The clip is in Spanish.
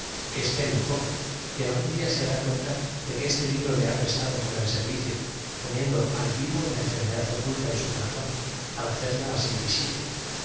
que espere uq poco y algún dia se dará cuenta de que este libro le ha prestado un gran ser y icio poniendo al v ít o la enfermedad oculta de su corazón al hacerla así